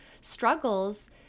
struggles